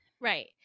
Right